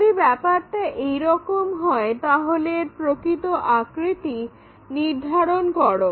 যদি ব্যাপারটা এইরকম হয় তাহলে এর প্রকৃত আকৃতি নির্ধারণ করো